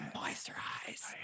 moisturize